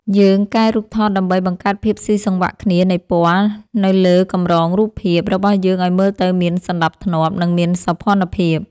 យើងកែរូបថតដើម្បីបង្កើតភាពស៊ីសង្វាក់គ្នានៃពណ៌ នៅលើកម្រងរូបភាព របស់យើងឱ្យមើលទៅមានសណ្ដាប់ធ្នាប់ និងមានសោភ័ណភាព។